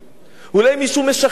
אולי מישהו משחד מישהו?